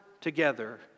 together